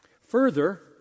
Further